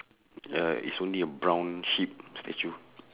uh is only a brown sheep statue